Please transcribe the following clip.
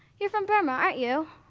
you're from burma aren't you?